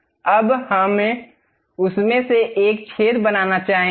अब हम उसमें से एक छेद बनाना चाहेंगे